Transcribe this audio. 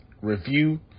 review